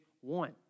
one